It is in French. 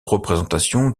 représentation